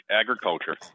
agriculture